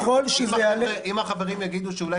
אבל ככל שזה יעלה --- אם החברים יגידו שאולי